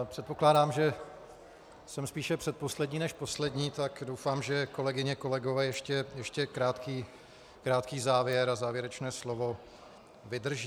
Předpokládám, že jsem spíše předposlední než poslední, tak doufám, že kolegyně a kolegové ještě krátký závěr a závěrečné slovo vydrží.